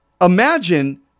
Imagine